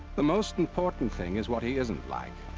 the most important thing is what he isn't like.